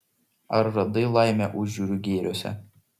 ar radai laimę užjūrių gėriuose